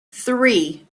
three